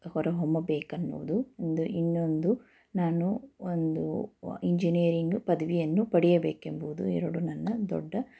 ಹೊರಹೊಮ್ಮಬೇಕೆನ್ನುವುದು ಒಂದು ಇನ್ನೊಂದು ನಾನು ಒಂದು ಇಂಜಿನಿಯರಿಂಗ್ ಪದವಿಯನ್ನು ಪಡೆಯಬೇಕೆಂಬುದು ಎರಡು ನನ್ನ ದೊಡ್ಡ